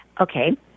Okay